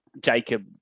Jacob